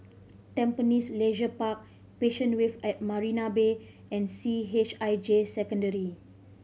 Tampines Leisure Park Passion Wave at Marina Bay and C H I J Secondary